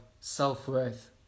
self-worth